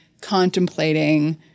contemplating